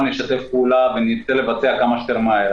נשתף פעולה ונצא לביצוע כמה שיותר מהר,